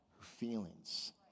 feelings